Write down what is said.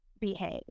behave